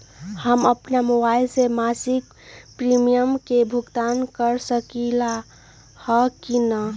हम अपन मोबाइल से मासिक प्रीमियम के भुगतान कर सकली ह की न?